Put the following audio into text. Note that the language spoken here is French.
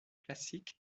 classique